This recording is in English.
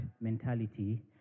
mentality